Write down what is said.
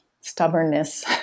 stubbornness